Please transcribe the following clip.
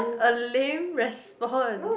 a lame response